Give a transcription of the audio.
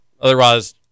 Otherwise